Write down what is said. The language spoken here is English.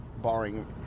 barring